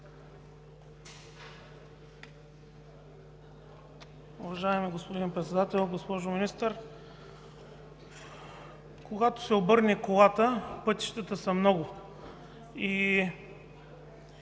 Уважаеми господин Председател! Госпожо Министър, когато се обърне колата, пътищата са много. Ако